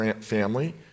family